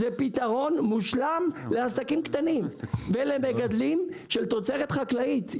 זה פתרון מושלם לעסקים קטנים ולמגדלים של תוצרת חקלאית,